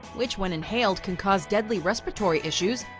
which when inhaled, can cause deadly respiratory issues,